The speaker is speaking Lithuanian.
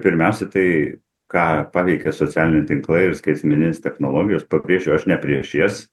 pirmiausia tai ką paveikia socialiniai tinklai ir skaitmeninės technologijos pabrėšiu aš ne prieš jas